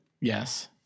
Yes